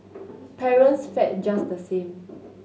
parents fared just the same